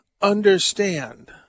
Understand